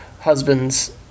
husbands